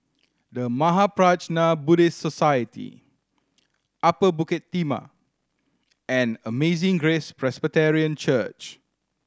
The Mahaprajna Buddhist Society Upper Bukit Timah and Amazing Grace Presbyterian Church